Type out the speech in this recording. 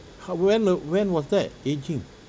!huh! when w~ when was that ageing